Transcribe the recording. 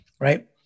right